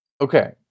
Okay